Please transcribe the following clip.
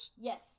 yes